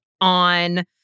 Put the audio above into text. on